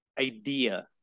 Idea